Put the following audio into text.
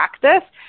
practice